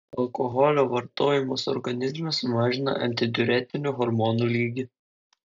alkoholio vartojimas organizme sumažina antidiuretinių hormonų lygį